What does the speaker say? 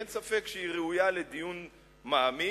ואין ספק שהיא ראויה לדיון מעמיק,